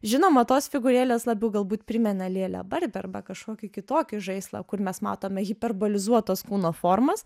žinoma tos figūrėlės labiau galbūt primena lėlę barbę arba kažkokį kitokį žaislą kur mes matome hiperbolizuotas kūno formas